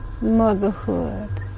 Motherhood